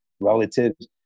relatives